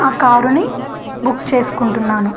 ఆ కారుని బుక్ చేసుకుంటున్నాను